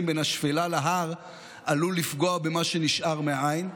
בין השפלה להר עלול לפגוע במה שנשאר מהעין,